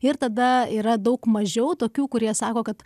ir tada yra daug mažiau tokių kurie sako kad